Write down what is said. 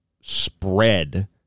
spread